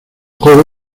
juego